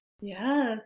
Yes